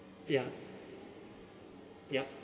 ya yup